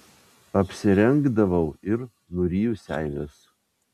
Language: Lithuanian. apsirengdavau ir nuryju seiles